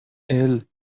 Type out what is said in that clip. الکادوی